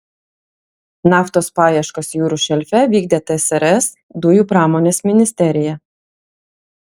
naftos paieškas jūrų šelfe vykdė tsrs dujų pramonės ministerija